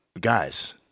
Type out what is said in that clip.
guys